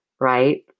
Right